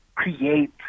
create